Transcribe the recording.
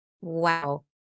Wow